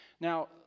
Now